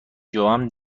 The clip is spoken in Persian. جوم